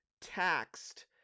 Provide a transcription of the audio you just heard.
taxed